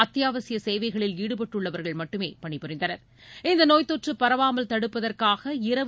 அத்தியாவசிய சேவைகளில் ஈடுபட்டுள்ளவர்கள் மட்டுமே பணிபரிந்தனர் இந்த நோய் தொற்று பரவாமல் தடுப்பதற்காக இரவு